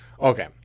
Okay